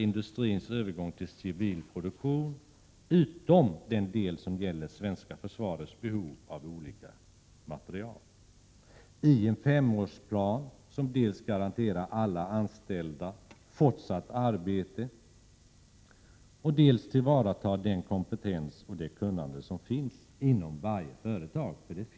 Industrins övergång till civil produktion måste planeras, utom den del som gäller svenska försvarets behov av olika materiel i en femårsplan som dels garanterar alla anställda fortsatt arbete, dels tillvaratar den kompetens och det kunnande som, faktiskt, finns inom varje företag. 3.